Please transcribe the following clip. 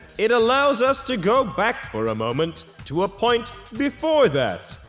it allows us to go back for a moment to a point before that.